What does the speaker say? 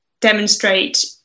demonstrate